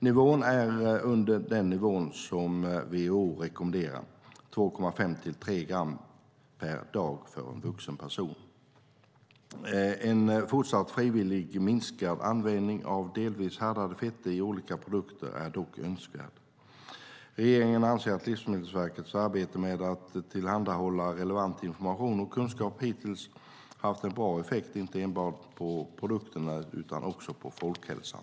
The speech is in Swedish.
Nivån är under den nivå som WHO rekommenderar: 2,5-3 gram per dag för en vuxen person. En fortsatt frivillig minskad användning av delvis härdade fetter i olika produkter är dock önskvärd. Regeringen anser att Livsmedelsverkets arbete med att tillhandahålla relevant information och kunskap hittills har haft en bra effekt inte enbart på produkterna utan också på folkhälsan.